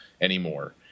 anymore